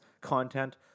content